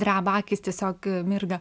dreba akys tiesiog mirga